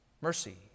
Mercy